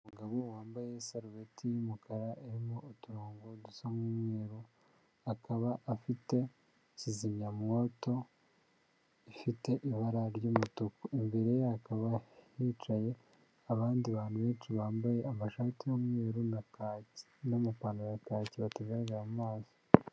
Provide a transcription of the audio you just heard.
Umugabo wambaye isarubeti y'umukara aririmo uturongo dusa n'umweru akaba afite kizimyamwoto ifite ibara ry'umutuku, imbere hakaba hicaye abandi bantu benshi bambaye amashati y'umweru na kaki n'amapantaro ya kaki batagaragara mu maso.